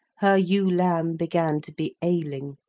her ewe-lamb began to be ailing,